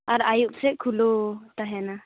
ᱟᱨ ᱟᱭᱩᱵ ᱥᱮᱫ ᱠᱷᱩᱞᱟᱹᱣ ᱛᱟᱦᱮᱸᱱᱟ